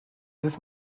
wirf